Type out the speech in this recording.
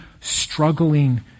struggling